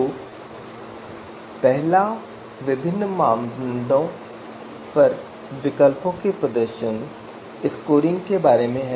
तो पहला विभिन्न मानदंडों पर विकल्पों के प्रदर्शन स्कोरिंग के बारे में है